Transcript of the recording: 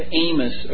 Amos